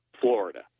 Florida